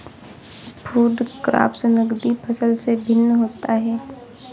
food crops नगदी फसल से भिन्न होता है